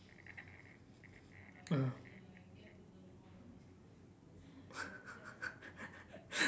mm